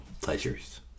pleasures